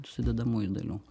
sudedamųjų dalių